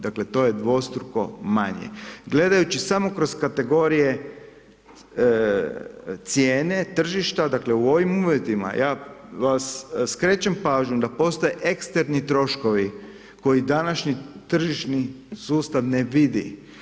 Dakle to je dvostruko manje gledajući samo kroz kategorije cijene tržišta, dakle u ovim uvjetima, ja skrećem pažnju da postoje eksterni troškovi koji današnji tržišni sustav ne vidi.